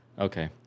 Okay